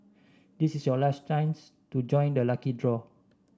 this is your last chance to join the lucky draw